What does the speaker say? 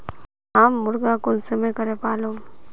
हम मुर्गा कुंसम करे पालव?